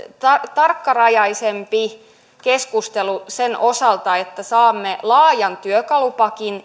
tarkkarajaisempi keskustelu sen osalta että saamme laajan työkalupakin